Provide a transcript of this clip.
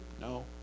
No